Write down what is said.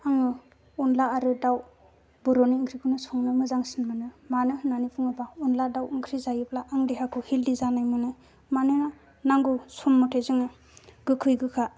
आङो अनला आरो दाउ बर' नि आंख्रिखौनो संनो मोजांसिन मानो होन्नानै बुङोब्ला अनला दाउ आंख्रि जायोब्ला आं देहाखौ हेल्थि जानाय मोनो मानो नांगौ सम मथे जोङो गोखै गोखा